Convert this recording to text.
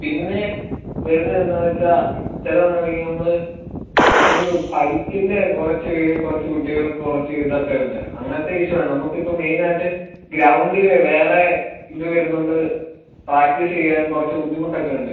പിന്നെ വരുന്നത് എന്താണെന്ന് വെച്ചാൽ സ്ഥലങ്ങളിൽ നമ്മൾ ഒരു പരുക്കിൻ്റെ കുറച്ച് കുറച്ച് കുട്ടികൾക്ക് കുറച്ച് ഇത് ഒക്കെ ഉണ്ട് അങ്ങനത്തെ ഇഷ്യൂ ആണ് നമ്മൾക്ക് ഇപ്പം മെയിനായിട്ട് ഗ്രൌണ്ടില് വേറെ ഇത് വരുന്നതുകൊണ്ട് പ്രാക്ടീസ് ചെയ്യാൻ കുറച്ച് ബുദ്ധിമുട്ട് ഒക്കെ ഉണ്ട്